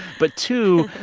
but, two,